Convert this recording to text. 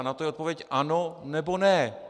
Na to je odpověď ano, nebo ne.